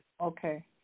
Okay